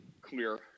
clear